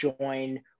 join